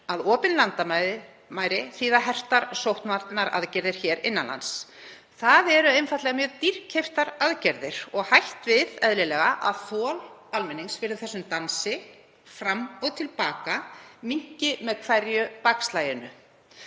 að opin landamæri þýða hertar sóttvarnaaðgerðir hér innan lands. Það eru einfaldlega mjög dýrkeyptar aðgerðir og hætt við því, eðlilega, að þol almennings fyrir þessum dansi fram og til baka minnki með hverju bakslaginu.